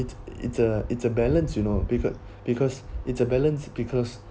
it's it's a it's a balance you know beca~ because it's a balance because